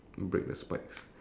and